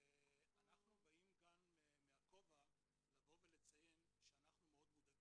אנחנו באים גם מהכובע של לבוא ולציין שאנחנו מאוד מודאגים.